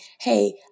hey